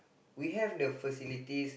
we have the facilities